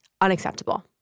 unacceptable